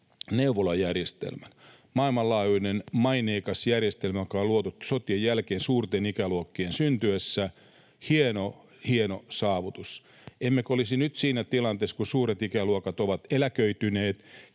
neuvolajärjestelmän — maailmanlaajuinen, maineikas järjestelmä, joka on luotu sotien jälkeen suurten ikäluokkien syntyessä: hieno, hieno saavutus. Emmekö olisi nyt siinä tilanteessa, kun suuret ikäluokat ovat eläköityneet